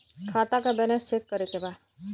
खाता का balance check करे के बा?